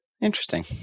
Interesting